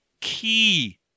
key